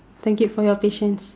thank you for your patience